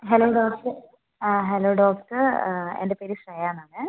hello doctor ആ hello doctor എൻ്റെ പേര് ശ്രേയ എന്നാണ്